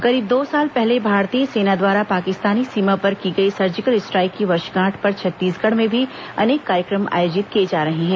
करीब दो साल पहले भारतीय सेना द्वारा पाकिस्तानी सीमा पर की गई सर्जिकल स्ट्राइक की वर्षगांठ पर छत्तीसगढ़ में भी अनेक कार्यक्रम आयोजित किए जा रहे हैं